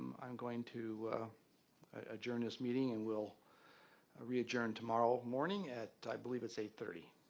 um i'm going to adjourn this meeting and we'll ah readjourn tomorrow morning at i believe it's eight thirty.